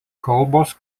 kalbos